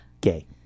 gay